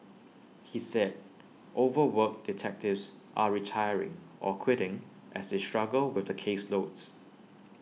he said overworked detectives are retiring or quitting as they struggle with the caseloads